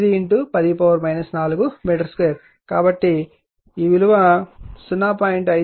కాబట్టి ఈ విలువ 0